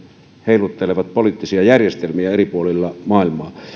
heiluttelevat poliittisia järjestelmiä eri puolilla maailmaa